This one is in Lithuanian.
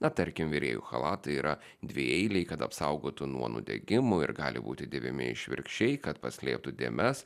na tarkim virėjų chalatai yra dvieiliai kad apsaugotų nuo nudegimų ir gali būti dėvimi išvirkščiai kad paslėptų dėmes